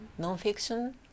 nonfiction